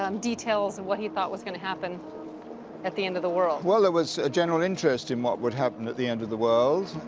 um details of and what he thought was gonna happen at the end of the world? well, there was a general interest in what would happen at the end of the world.